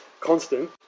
constant